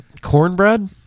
Cornbread